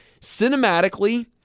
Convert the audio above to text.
cinematically